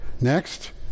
next